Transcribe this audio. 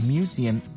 Museum